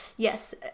Yes